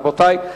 רבותי,